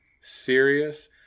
serious